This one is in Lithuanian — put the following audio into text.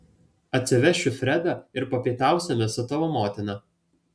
atsivešiu fredą ir papietausime su tavo motina